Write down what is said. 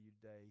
today